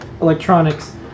electronics